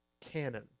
canon